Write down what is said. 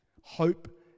Hope